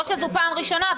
לא שזו פעם ראשונה,